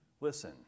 listen